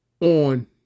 on